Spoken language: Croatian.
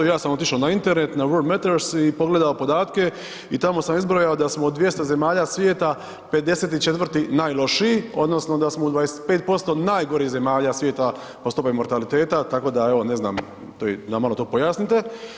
Ja sam otišao na internet na Worldmeters i pogledao podatke i tamo sam izbrojao da smo od 200 zemalja svijeta 54. najlošiji, odnosno da smo u 25% najgorih zemalja svijeta po stopi mortaliteta, tako da evo, ne znam, to nam malo to pojasnite.